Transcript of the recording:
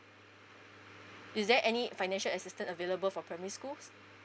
is there any financial assistance available for primary schools